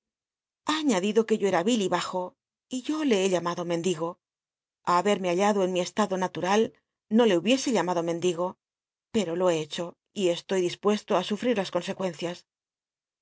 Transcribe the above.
ido que yo cta vil bajo y yo le hr llamado mend igo a habetme hallado en mi estado natma l no le hubiese llamado mendigo pero lo he hecho y estny dispncsto i suftir las consecuencias